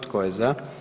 Tko je za?